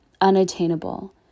unattainable